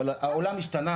אבל העולם השתנה.